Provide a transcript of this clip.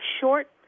short